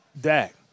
Dak